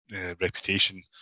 reputation